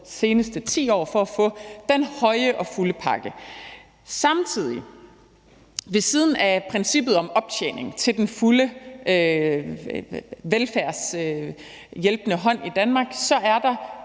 seneste 10 år for at få den høje og fulde pakke. Samtidig, ved siden af princippet om optjening til den fulde velfærdspakke og hjælpende hånd i Danmark, er der